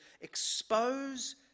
expose